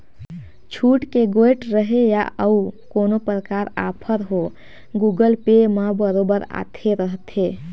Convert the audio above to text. छुट के गोयठ रहें या अउ कोनो परकार आफर हो गुगल पे म बरोबर आते रथे